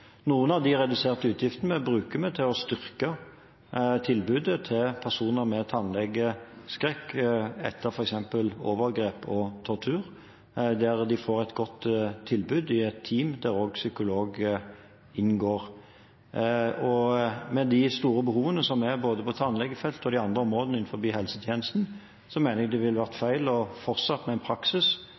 Noen av de reduserte utgiftene bruker vi til å styrke tilbudet til personer med tannlegeskrekk etter f.eks. overgrep og tortur, der de får et godt tilbud i et team hvor også psykolog inngår. Med de store behovene som finnes på både tannlegefeltet og de andre områdene innenfor helsetjenesten, mener jeg det ville vært feil å fortsette med en praksis